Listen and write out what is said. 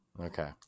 okay